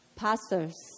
Pastors